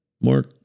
more